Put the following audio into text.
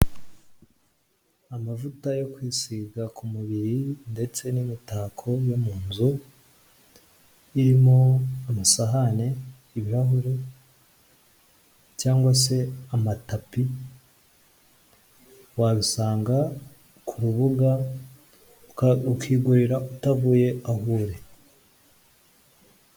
Amavuta yo kwisiga ku mubiri ndetse n'imitako yo mu nzu, irimo amasahane, ibirahure cyangwa se amatapi, wabisanga ku rubuga, ukigurira utavuye aho uri.